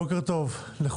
בוקר טוב לכולם.